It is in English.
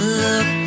look